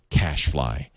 cashfly